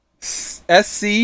SC